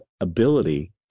ability